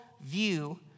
view